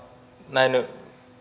näin